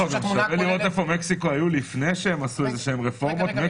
שווה לראות איפה מקסיקו הייתה לפני שהיא עשתה רפורמות מסוימות,